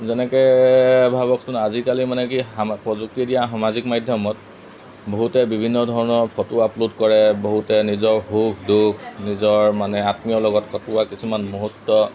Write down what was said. যেনেকৈ ভাবকচোন আজিকালি মানে কি প্ৰযুক্তিয়ে দিয়া সামাজিক মাধ্যমত বহুতে বিভিন্ন ধৰণৰ ফটো আপলোড কৰে বহুতে নিজৰ সুখ দুখ নিজৰ মানে আত্মীয়ৰ লগত কটোৱা কিছুমান মুহূৰ্ত